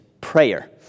prayer